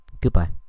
goodbye